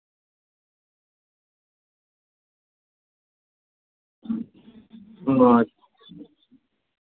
ᱱᱚᱣᱟ